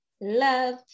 love